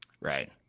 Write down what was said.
Right